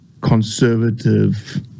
conservative